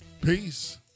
peace